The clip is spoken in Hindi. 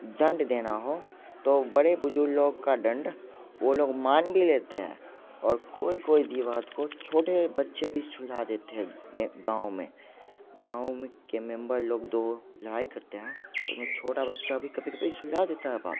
दंड देना हो तो बड़े बुज़ुर्ग लोग का दंड वो लोग मान भी लेते हैं और कोई कोई विवाद को छोटे बच्चे भी सुलझा देते हैं मेरे गाँव में गाँव में के मेंबर लोग दो लड़ाई करते हैं उस में छोटा बच्चा भी कभी कभी सुलझा देता है बात को